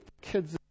kids